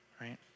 right